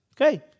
Okay